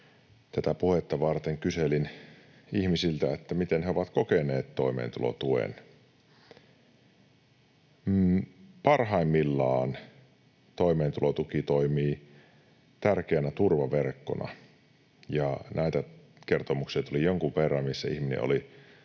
Tätä puhetta varten kyselin ihmisiltä, miten he ovat kokeneet toimeentulotuen. Parhaimmillaan toimeentulotuki toimii tärkeänä turvaverkkona. Näitä kertomuksia tuli jonkun verran, missä ihminen oli